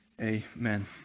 Amen